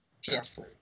Jeffrey